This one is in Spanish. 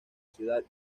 ciudad